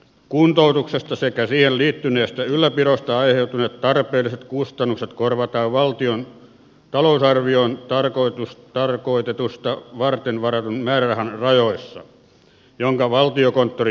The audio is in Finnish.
kuntoutuksesta sekä siihen liittyneestä ylläpidosta aiheutuneet tarpeelliset kustannukset korvataan valtion talousarvioon tarkoitusta varten varatun määrärahan rajoissa jonka valtiokonttori jakaa kunnille